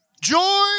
Joy